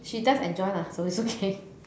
he just enjoy lah so it's okay